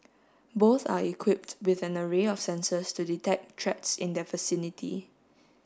both are equipped with an array of sensors to detect threats in their vicinity